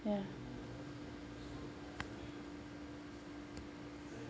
ya